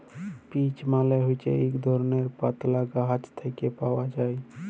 peach মালে হছে ইক ধরলের পাতলা গাহাচ থ্যাকে পাউয়া যায়